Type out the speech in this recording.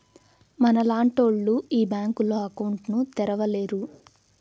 మనలాంటోళ్లు ఈ బ్యాంకులో అకౌంట్ ను తెరవలేరు